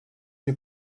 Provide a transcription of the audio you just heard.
nie